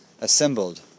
assembled